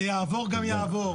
זה יעבור גם יעבור.